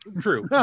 True